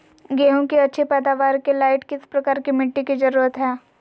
गेंहू की अच्छी पैदाबार के लाइट किस प्रकार की मिटटी की जरुरत है?